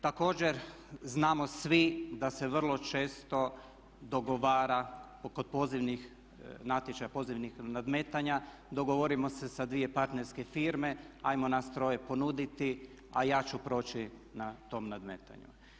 Također znamo svi da se vrlo često dogovara kod pozivnih natječaja, pozivnih nadmetanja dogovorimo se sa dvije partnerske firme ajmo nas troje ponuditi a ja ću proći na tom nadmetanju.